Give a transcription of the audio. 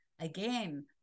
again